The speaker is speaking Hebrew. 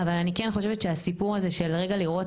אבל אני כן חושבת שהסיפור הזה של רגע לראות